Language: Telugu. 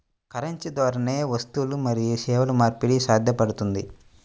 కరెన్సీ ద్వారానే వస్తువులు మరియు సేవల మార్పిడి సాధ్యపడుతుంది